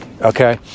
Okay